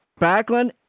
Backlund